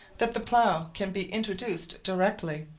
that the plough can be introduced directly,